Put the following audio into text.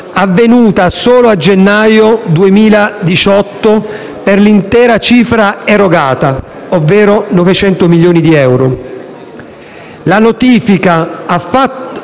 avvenuta solo a gennaio 2018 per l'intera cifra erogata (900 milioni di euro).